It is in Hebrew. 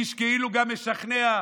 איש משכנע.